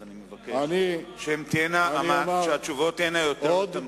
אז אני מבקש שהתשובות תהיינה יותר תמציתיות.